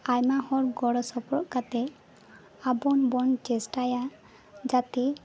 ᱟᱭᱢᱟ ᱦᱚᱲ ᱜᱚᱲᱚ ᱥᱚᱯᱚᱦᱚᱫ ᱠᱟᱛᱮ ᱟᱵᱚᱱ ᱵᱚᱱ ᱪᱮᱥᱴᱟᱭᱟ ᱡᱟᱛᱮ